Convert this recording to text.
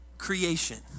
creation